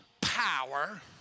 power